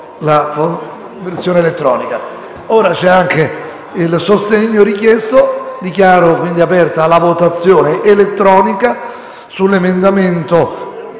Grazie